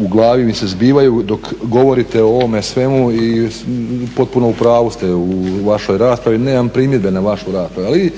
u glavi mi se zbivaju dok govorite o ovome svemu i potpuno u pravu ste u vašoj raspravi. Nemam primjedbe na vašu raspravu, ali